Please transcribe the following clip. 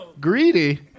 Greedy